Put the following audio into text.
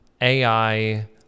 AI